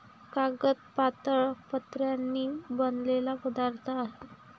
कागद पातळ पत्र्यांनी बनलेला पदार्थ आहे